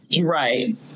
Right